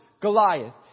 Goliath